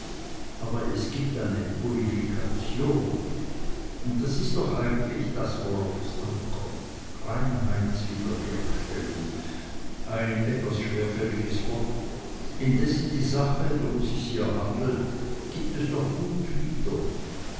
aber es gibt eine purifikation und das ist doch eigentlich das worauf es ankommt reinheitswiederherstellung ein etwas schwerfälliges wort indessen die sache drum sich's hier handelt gibt es doch gut wieder